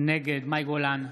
נגד מאי גולן,